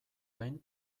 gain